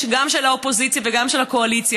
גם של האופוזיציה וגם של הקואליציה.